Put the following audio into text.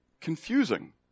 confusing